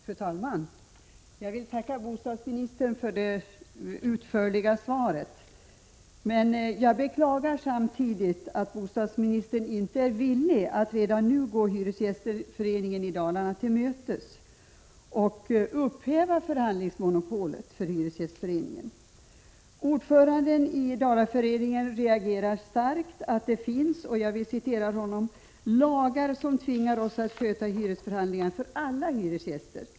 Fru talman! Jag vill tacka bostadsministern för det utförliga svaret, men jag beklagar samtidigt att bostadsministern inte är villig att redan nu gå Hyresgästföreningen i Dalarna till mötes och upphäva förhandlingsmonopolet för hyresgästföreningen. Ordföranden i Dalaföreningen reagerar starkt mot att det finns ”lagar som tvingar oss att sköta hyresförhandlingarna för alla hyresgäster”.